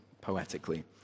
poetically